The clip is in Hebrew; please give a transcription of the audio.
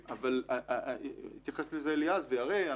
אליעז יתייחס לזה ויראה,